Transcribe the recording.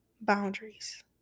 boundaries